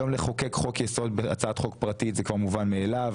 היום לחוקק חוק-יסוד בהצעת חוק פרטית זה כבר מובן מאליו,